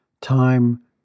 time